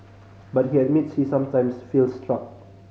but he admits he sometimes feels stuck